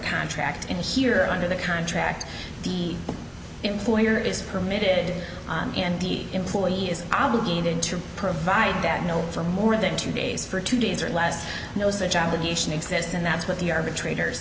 contract and here under the contract the employer is permitted and the employee is obligated to provide that note for more than two days for two days or less no such obligation exists and that's what the arbitrator